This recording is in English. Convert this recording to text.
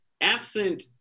absent